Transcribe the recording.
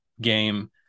game